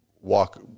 walk